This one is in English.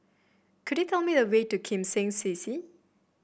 could you tell me the way to Kim Seng C C